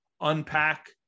unpack